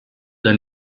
dans